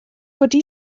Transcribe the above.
wedi